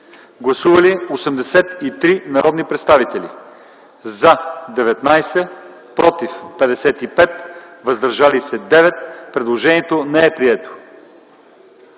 Гласували 83 народни представители: за 19, против 55, въздържали се 9. Предложението не е прието.